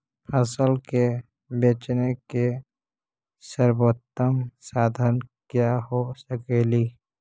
फसल के बेचने के सरबोतम साधन क्या हो सकेली?